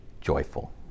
joyful